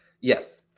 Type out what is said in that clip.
Yes